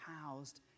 housed